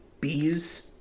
bees